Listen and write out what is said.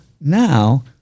now